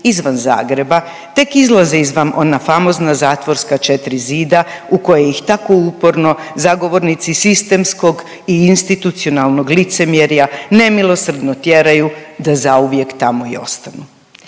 izvan Zagreba tek izlaze izvan ona famozna zatvorska 4 zida u koje ih tako uporno zagovornici sistemskog i institucionalnog licemjerja nemilosrdno tjeraju da zauvijek tamo i ostanu.